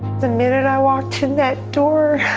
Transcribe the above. the minute i walked in that door,